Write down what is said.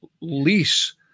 lease